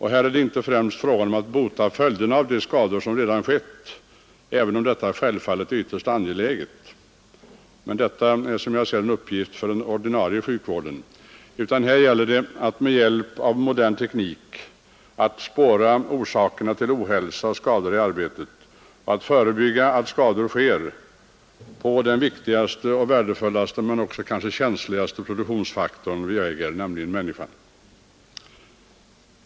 Här är det inte främst fråga om att bota följderna av de skador som redan skett, även om detta självfallet är ytterst angeläget. Detta är en uppgift för den ordinarie sjukvården. Här gäller det att med hjälp av modern teknik spåra orsakerna till ohälsa och skador i arbetet och att förebygga att skador sker på den viktigaste och värdefullaste men kanske också känsligaste produktionsfaktorn, nämligen människan.